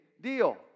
deal